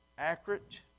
Accurate